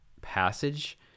passage